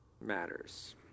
matters